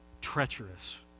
treacherous